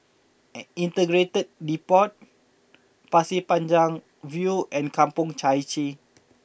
Integrated Depot Pasir Panjang View and Kampong Chai Chee